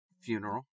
funeral